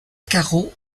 carreaux